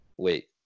Wait